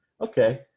Okay